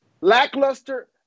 Lackluster